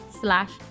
slash